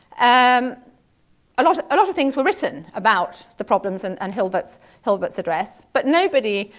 um lot lot of things were written about the problems and and hilbert's hilbert's address. but nobody,